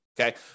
okay